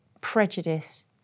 prejudice